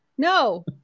no